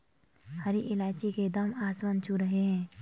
हरी इलायची के दाम आसमान छू रहे हैं